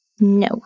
No